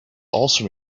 also